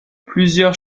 plusieurs